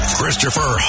Christopher